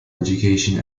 education